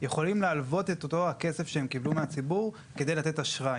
הם יכולים להלוות את אותו הכסף שהם קיבלו מהציבור כדי לתת אשראי.